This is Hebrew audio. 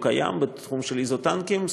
הוא קיים בתחום של איזוטנקים.